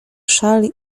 szal